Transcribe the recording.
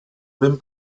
ben